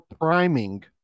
priming